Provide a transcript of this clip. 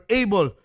able